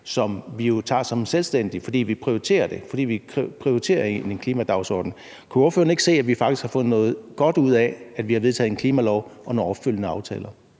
som vi jo tager selvstændigt, fordi vi prioriterer det – fordi vi prioriterer klimadagsordenen. Kan ordføreren ikke se, at vi faktisk har fået noget godt ud af, at vi har vedtaget en klimalov og nogle opfølgende aftaler,